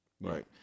Right